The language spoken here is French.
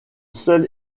seule